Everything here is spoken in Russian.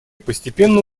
постепенно